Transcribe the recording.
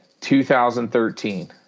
2013